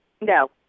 No